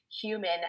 human